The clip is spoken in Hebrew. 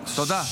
תודה.